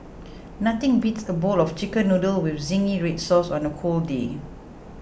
nothing beats a bowl of Chicken Noodles with Zingy Red Sauce on a cold day